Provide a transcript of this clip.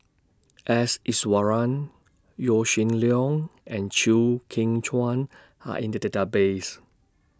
S Iswaran Yaw Shin Leong and Chew Kheng Chuan Are in The Database